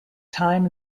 time